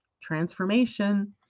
transformation